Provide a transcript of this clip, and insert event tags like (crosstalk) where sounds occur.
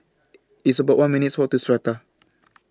It's about one minutes' Walk to Strata (noise)